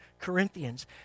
corinthians